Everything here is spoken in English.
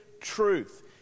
truth